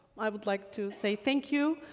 i would like to say thank you.